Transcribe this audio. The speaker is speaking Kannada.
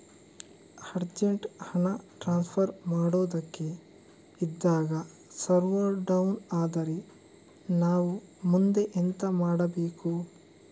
ಅರ್ಜೆಂಟ್ ಹಣ ಟ್ರಾನ್ಸ್ಫರ್ ಮಾಡೋದಕ್ಕೆ ಇದ್ದಾಗ ಸರ್ವರ್ ಡೌನ್ ಆದರೆ ನಾವು ಮುಂದೆ ಎಂತ ಮಾಡಬೇಕು?